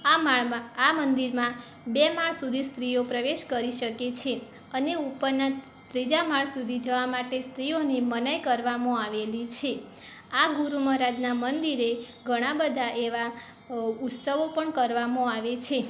આ માળમાં આ મંદિરમાં બે માળ સુધી સ્ત્રીઓ પ્રવેશ કરી શકે છે અને ઉપરના ત્રીજા માળ સુધી જવા માટે સ્ત્રીઓને મનાઈ કરવામાં આવેલી છે આ ગુરુ મહારાજના મંદિરે ઘણા બધા એવા અ ઉત્સવો પણ કરવામાં આવે છે